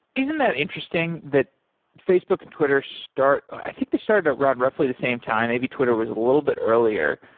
isn't that interesting that facebook and twitter start i think they started around roughly the same time. maybe twitter was a little bit earlier,